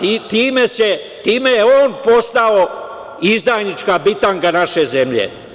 I time je on postao izdajnička bitanga naše zemlje.